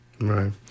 Right